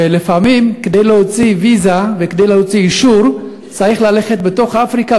ולפעמים כדי להוציא ויזה וכדי להוציא אישור צריך ללכת בתוך אפריקה,